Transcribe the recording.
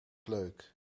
leuk